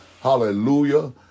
Hallelujah